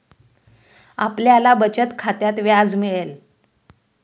आपल्याला बचत खात्यात व्याज मिळेल